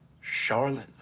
Charlotte